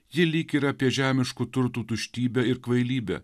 ji lyg yra apie žemiškų turtų tuštybę ir kvailybę